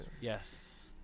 Yes